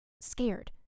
scared